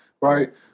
right